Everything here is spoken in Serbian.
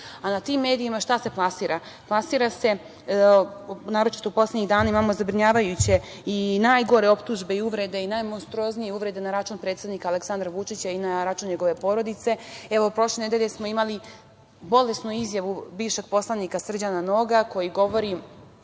a na tim medijima šta se plasira. Plasira se, naročito poslednjih dana, na tim medijima imamo zabrinjavajuće i najgore optužbe i uvrede i najmonstruoznije uvrede na račun predsednika Aleksandra Vučića i na račun njegove porodice, prošle nedelje smo imali bolesnu izjavu bivšeg poslanika Srđana Noga koji govori